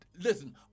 Listen